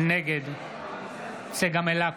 נגד צגה מלקו,